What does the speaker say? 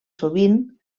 sovint